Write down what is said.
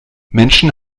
menschen